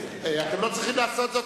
אתה לא צריך לעשות זאת,